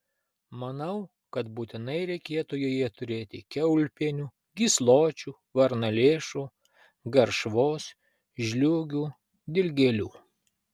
manau kad būtinai reikėtų joje turėti kiaulpienių gysločių varnalėšų garšvos žliūgių dilgėlių